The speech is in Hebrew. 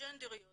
טרנסג'נדריות